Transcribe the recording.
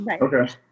Okay